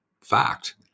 fact